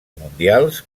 mundials